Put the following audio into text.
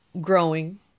growing